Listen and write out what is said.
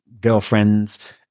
girlfriends